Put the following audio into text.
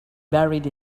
buried